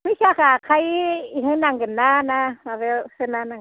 फैसाखौ आखाय होनांगोन ना ना माबायाव सोना होनांगौ